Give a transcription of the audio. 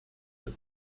that